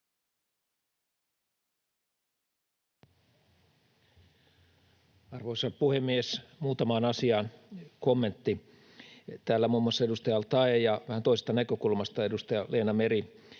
Arvoisa puhemies! Muutamaan asiaan kommentti. Täällä muun muassa edustaja al-Taee ja vähän toisesta näkökulmasta edustaja Leena Meri